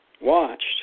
watched